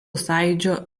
sąjūdžio